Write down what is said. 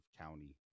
County